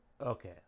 okay